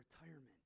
retirement